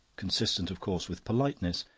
consistent, of course, with politeness,